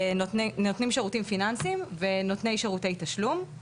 נותנים שירותים פיננסים ונותני שירותי תשלום.